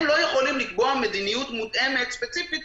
לא יכולים לקבוע מדיניות מותאמת ספציפית,